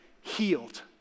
healed